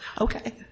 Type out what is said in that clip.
Okay